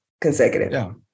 Consecutive